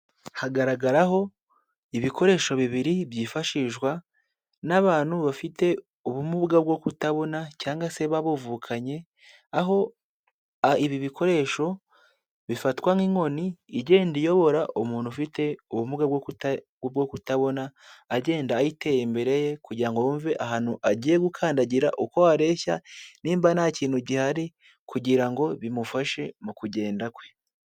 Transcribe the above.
Hagaragaraho ibikoresho bibiri byifashishwa n'abantu bafite ubumuga bwo kutabona cyangwa se babavukanye, aho ibi bikoresho bifatwa nk'inkoni igenda iyobora umuntu ufite ubumuga bwo kutabona agenda ayiteye imbere ye kugira ngo yumve ahantu agiye gukandagira uko hareshya cyangwa nimba nta kintu gihari kugira ngo bimufashe mu kugenda kwe.